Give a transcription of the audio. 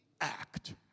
act